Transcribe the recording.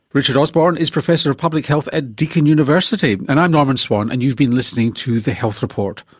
richard osborne is professor of public health at deakin university. and i'm norman swan, and you've been listening to the health report.